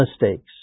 mistakes